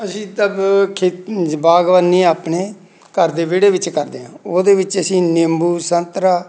ਅਸੀਂ ਤਾਂ ਬ ਖੇਤ ਬਾਗਵਾਨੀ ਆਪਣੇ ਘਰ ਦੇ ਵਿਹੜੇ ਵਿੱਚ ਕਰਦੇ ਹਾਂ ਉਹਦੇ ਵਿੱਚ ਅਸੀਂ ਨਿੰਬੂ ਸੰਤਰਾ